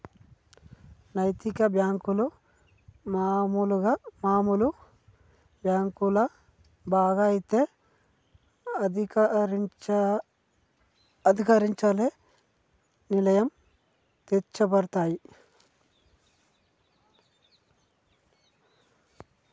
నైతిక బ్యేంకులు మామూలు బ్యేంకుల లాగా అదే అధికారులచే నియంత్రించబడతయ్